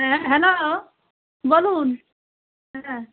হ্যাঁ হ্যালো বলুন হ্যাঁ